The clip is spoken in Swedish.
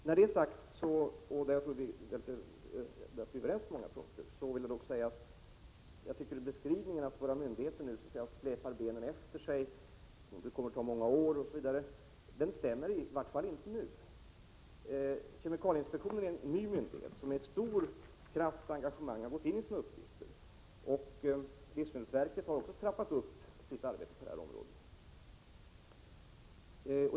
När det är sagt, att vi är överens på många punkter, vill jag dock framhålla att jag tycker beskrivningen att våra myndigheter släpar benen efter sig, att det kommer att ta många år osv., inte stämmer — i varje fall inte nu. Kemikalieinspektionen är en ny myndighet, som med stor kraft och stort engagemang har gått in för sin uppgift, och livsmedelsverket har också trappat upp sitt arbete på detta område.